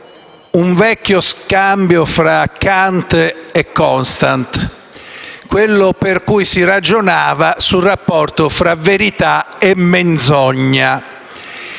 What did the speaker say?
un vecchio scambio tra Kant e Constant, quello in cui si ragiona sul rapporto tra verità e menzogna.